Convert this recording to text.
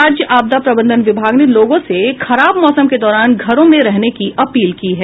राज्य आपदा प्रबंधन विभाग ने लोगों से खराब मौसम के दौरान घरों में ही रहने की अपील की है